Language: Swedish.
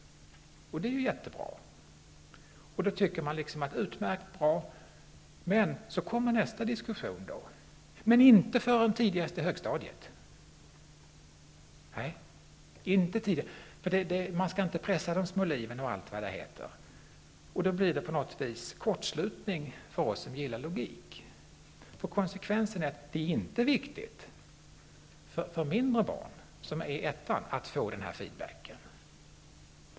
Det är ju jättebra. Då tycker man att det är utmärkt och bra. Så kommer nästa diskussion: Betyg är bra, men inte förrän tidigast på högstadiet. Man skall inte pressa de små liven. Då blir det på något vis kortslutning för oss som gillar logik. Konsekvensen blir att det inte är viktigt för de mindre barnen, för dem som går i ettan, att få denna feedback.